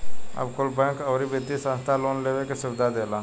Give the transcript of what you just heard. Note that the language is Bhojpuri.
अब कुल बैंक, अउरी वित्तिय संस्था लोन लेवे के सुविधा देता